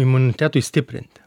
imunitetui stiprinti